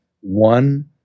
one